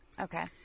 Okay